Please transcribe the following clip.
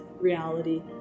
reality